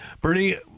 Bernie